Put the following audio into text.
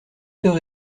heures